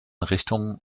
richtungen